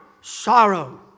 sorrow